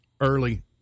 early